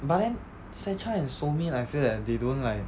but then se chan and so min I feel that they don't like